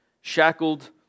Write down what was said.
shackled